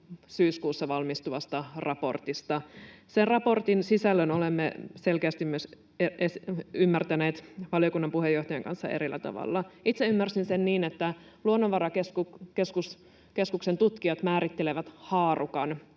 syyskuussa valmistuvasta raportista. Myös sen raportin sisällön olemme selkeästi ymmärtäneet valiokunnan puheenjohtajan kanssa erillä tavalla. Itse ymmärsin sen niin, että Luonnonvarakeskuksen tutkijat määrittelevät haarukan,